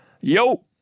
Yo